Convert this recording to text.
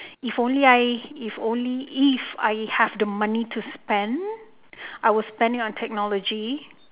if only I if only if I have the money to spend I would spend it on technology